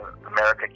America